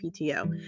PTO